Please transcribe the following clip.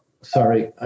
Sorry